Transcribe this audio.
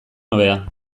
hobea